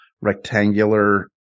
rectangular